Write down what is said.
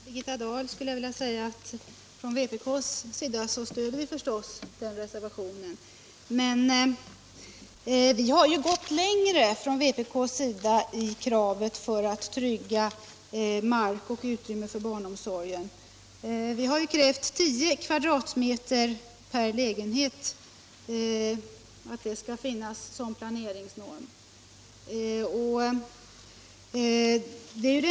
Herr talman! Till Birgitta Dahl vill jag säga att vi från vpk förstås stöder den socialdemokratiska reservationen. Men vi har gått längre i kravet på att trygga mark och utrymme för barnomsorgen. Vi har krävt 10 m? per lägenhet såsom planeringsnorm.